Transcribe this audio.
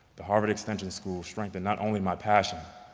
the harvard extension school strengthened not only my passion,